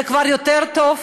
זה כבר יותר טוב.